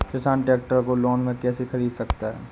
किसान ट्रैक्टर को लोन में कैसे ख़रीद सकता है?